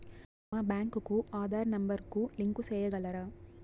మా బ్యాంకు కు ఆధార్ నెంబర్ కు లింకు సేయగలరా?